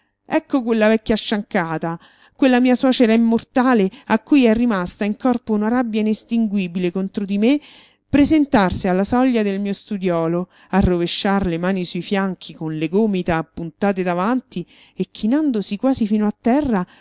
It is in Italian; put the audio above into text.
ecco quella vecchia sciancata quella mia suocera immortale a cui è rimasta in corpo una rabbia inestinguibile contro di me presentarsi alla soglia del mio studiolo arrovesciar le mani sui fianchi con le gomita appuntate davanti e chinandosi quasi fino a terra